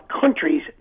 countries